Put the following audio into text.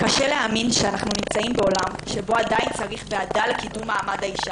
קשה להאמין שאנחנו נמצאים בעולם שבו עדיין צריך ועדה לקידום מעמד האישה.